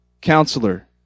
Counselor